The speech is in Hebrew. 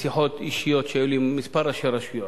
בשיחות אישיות שהיו לי עם כמה ראשי רשויות,